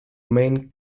main